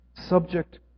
Subject